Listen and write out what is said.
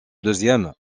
deuxième